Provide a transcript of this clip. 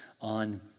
on